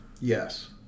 Yes